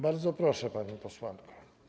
Bardzo proszę, pani posłanko.